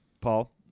paul